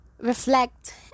reflect